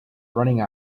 running